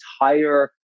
entire